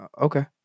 Okay